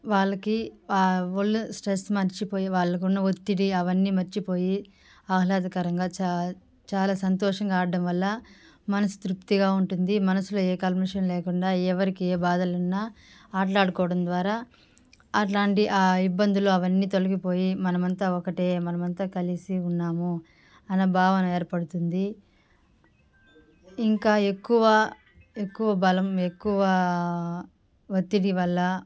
వాళ్లకి ఒళ్ళు స్ట్రెస్ మర్చిపోయి వాళ్ళకు ఉన్న ఒత్తిడి అవన్నీ మర్చిపోయి ఆహ్లాదకరంగా చా చాలా సంతోషంగా ఆడటం వల్ల మనసు తృప్తిగా ఉంటుంది మనసులో ఏ కల్మశం లేకుండా ఎవరికి ఏ బాధలు ఉన్నా ఆటలు ఆడుకోవడం ద్వారా అలాంటి ఆ ఇబ్బందులు అవన్నీ తొలగిపోయి మనమంతా ఒకటే మనమంతా కలిసి ఉన్నాము అన్న భావన ఏర్పడుతుంది ఇంకా ఎక్కువ ఎక్కువ బలం ఎక్కువ వత్తిడి వల్ల